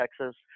Texas